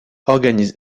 organise